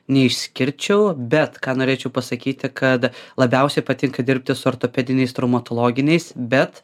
neišskirčiau bet ką norėčiau pasakyti kad labiausiai patinka dirbti su ortopediniais traumatologiniais bet